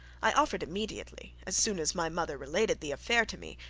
i offered immediately, as soon as my mother related the affair to me,